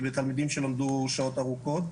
בתלמידים שלמדו שעות ארוכות,